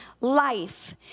life